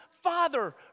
Father